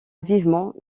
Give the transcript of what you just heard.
vivement